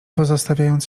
pozostawiając